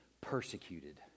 persecuted